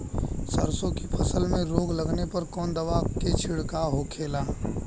सरसों की फसल में रोग लगने पर कौन दवा के छिड़काव होखेला?